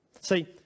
See